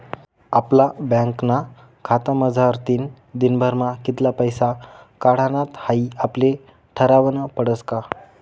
आपला बँकना खातामझारतीन दिनभरमा कित्ला पैसा काढानात हाई आपले ठरावनं पडस का